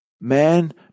Man